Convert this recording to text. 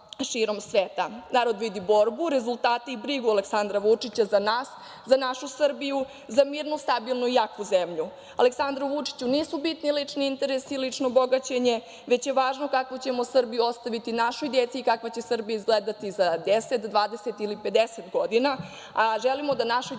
Narod vidi borbu, rezultate i brigu Aleksandra Vučića za nas, za našu Srbiji, za mirnu, stabilnu i jaku zemlju. Aleksandru Vučiću nisu bitni lični interesi, lično bogaćenje, već je važno kako ćemo Srbiju ostaviti našoj deci i kakva će Srbija izgledati za 10, 20 ili 50 godina,